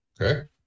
Okay